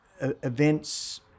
events